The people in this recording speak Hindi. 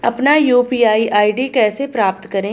अपना यू.पी.आई आई.डी कैसे प्राप्त करें?